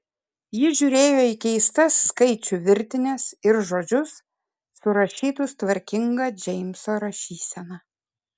ji žiūrėjo į keistas skaičių virtines ir žodžius surašytus tvarkinga džeimso rašysena